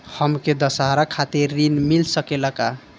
हमके दशहारा खातिर ऋण मिल सकेला का?